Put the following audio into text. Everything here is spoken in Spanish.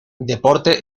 deporte